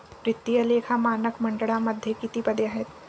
वित्तीय लेखा मानक मंडळामध्ये किती पदे आहेत?